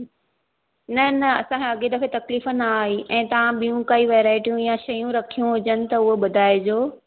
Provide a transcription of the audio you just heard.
न न असां खां अॻे दफ़े तकलीफ़ न आई ऐं तव्हां ॿियूं काई वेराईटियूं इहे शयूं रखियूं हुजनि त उहे ॿुधाइजो